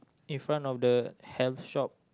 in front of the health shop